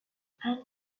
and